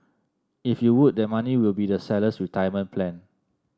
if you would that money will be the seller's retirement plan